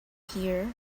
here